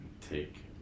take